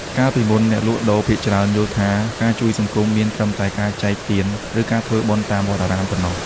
កាលពីមុន អ្នកលក់ដូរភាគច្រើនយល់ថា ការជួយសង្គមមានត្រឹមតែការចែកទាន ឬការធ្វើបុណ្យតាមវត្តអារាមប៉ុណ្ណោះ។